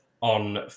on